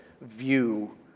view